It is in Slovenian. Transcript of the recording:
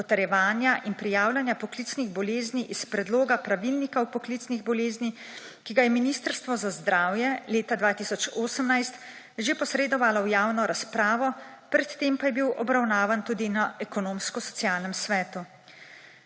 potrjevanja in prijavljanja poklicnih bolezni iz predloga pravilnika o poklicnih boleznih, ki ga je Ministrstvo za zdravje leta 2018 že posredovalo v javno razpravo, pred tem pa je bil obravnavan tudi na Ekonomsko-socialnem svetu.